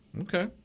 Okay